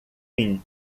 fim